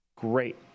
Great